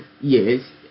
yes